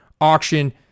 auction